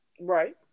Right